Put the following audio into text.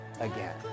again